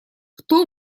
кто